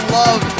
love